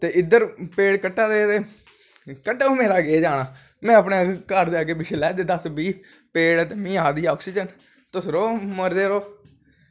ते इध्दर पेड़ कट्टा दे ते कट्टो मेरा केह् जाना नमें अपनें घर दोे अग्गैं पिच्छें लाए दे दस बाह् पेड़ ते मिगी आ दी आक्सिज़न तुस रवो मरदे रवो